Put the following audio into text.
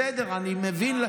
בסדר, אני מבין,